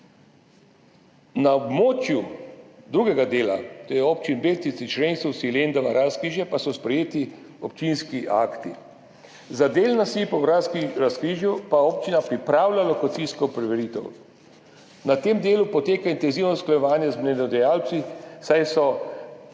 Na območju drugega dela, to je občin Beltinci, Črenšovci, Lendava, Razkrižje, pa so sprejeti občinski akti. Za del nasipa na Razkrižju pa občina pripravlja lokacijsko preveritev. Na tem delu poteka intenzivno usklajevanje z mnenjedajalci, saj